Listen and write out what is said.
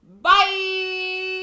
bye